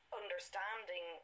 understanding